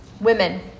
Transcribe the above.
Women